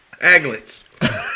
Aglets